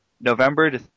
November